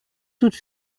toute